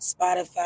Spotify